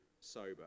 sober